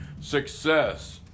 success